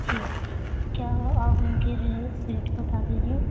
جی کیا آپ اِن کے ریٹ ریٹ بتا دیجیے